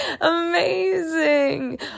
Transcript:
Amazing